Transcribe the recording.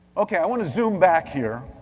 okay, i wanna zoom back here